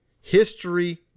history